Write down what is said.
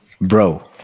bro